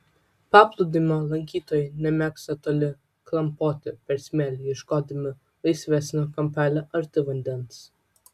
paplūdimio lankytojai nemėgsta toli klampoti per smėlį ieškodami laisvesnio kampelio arti vandens